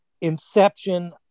inception